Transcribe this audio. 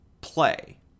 play